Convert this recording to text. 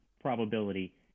probability